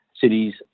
cities